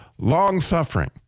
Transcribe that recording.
long-suffering